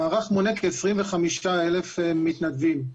המערך מונה כ-25,000 מתנדבים.